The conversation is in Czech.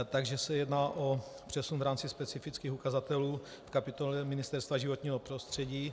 Takže se jedná o přesun v rámci specifických ukazatelů v kapitole Ministerstva životního prostředí.